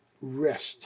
rest